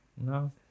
No